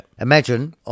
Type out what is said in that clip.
Imagine